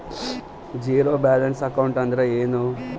Zero balance account ಅಂದ್ರ ಏನು?